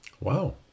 Wow